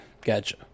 Gotcha